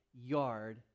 yard